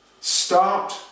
start